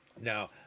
Now